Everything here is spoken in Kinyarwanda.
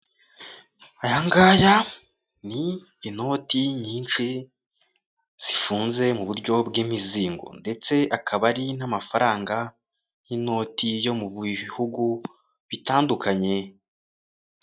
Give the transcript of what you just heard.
Aya ngaya ni inoti nyinshi, zifunze mu buryo bw'imizingo ndetse akaba ari n'amafaranga y'inoti yo mu bihugu bitandukanye.